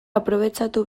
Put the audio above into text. aprobetxatu